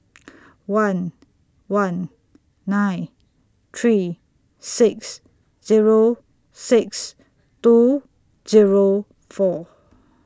one one nine three six Zero six two Zero four